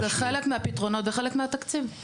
זה חלק מהפתרונות וחלק מהתקציב.